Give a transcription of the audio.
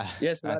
Yes